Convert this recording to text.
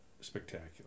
spectacular